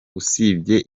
usibye